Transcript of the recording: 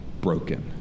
broken